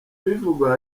ibivugwa